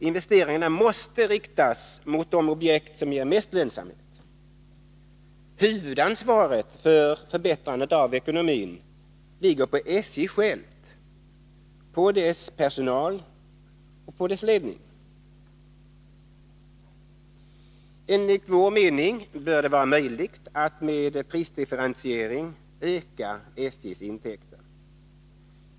Investeringarna måste riktas mot de objekt som ger mest lönsamhet. Huvudansvaret för förbättrandet av ekonomin ligger på SJ självt, på dess personal och ledning. Enligt vår mening bör det vara möjligt att med prisdifferentiering öka SJ:s intäkter.